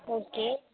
okay